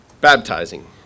baptizing